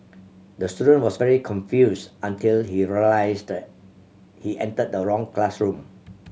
the student was very confused until he realised he entered the wrong classroom